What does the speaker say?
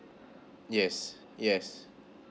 yes yes